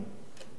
לא יודע למה.